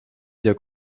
der